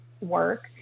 work